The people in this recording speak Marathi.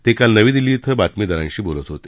ते नवी दिल्ली इथं बातमीदारांशी बोलत होते